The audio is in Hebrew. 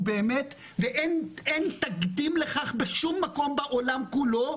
ואין תקדים לכך בשום מקום בעולם כולו,